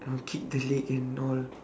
I will kick the leg and all